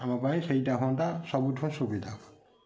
ଆମ ପାଇଁ ସେଇଟା ହୁଅନ୍ତା ସବୁଠୁ ସୁବିଧା